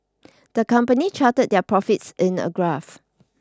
the company charted their profits in a graph